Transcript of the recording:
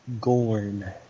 Gorn